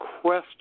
question